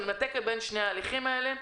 אני מנתקת בין שני ההליכים האלה.